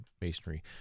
masonry